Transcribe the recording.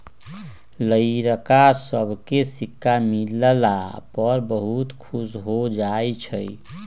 लइरका सभके सिक्का मिलला पर बहुते खुश हो जाइ छइ